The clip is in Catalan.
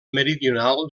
meridional